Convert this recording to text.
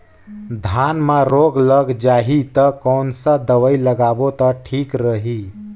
धान म रोग लग जाही ता कोन सा दवाई लगाबो ता ठीक रही?